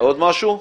עוד משהו?